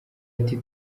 ati